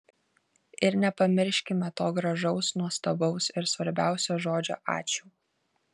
ir nepamirškime to gražaus nuostabaus ir svarbiausio žodžio ačiū